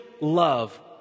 love